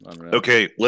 Okay